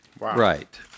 Right